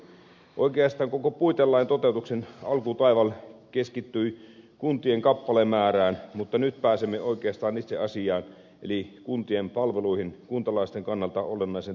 oikeastaan koko puitelain toteutuksen alkutaival keskittyi kuntien kappalemäärään mutta nyt pääsemme oikeastaan itse asiaan eli kuntien palveluihin kuntalaisten kannalta olennaisen tärkeään asiaan